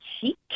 cheek